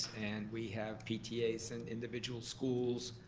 and we have and individual schools.